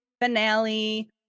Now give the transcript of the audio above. finale